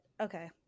Okay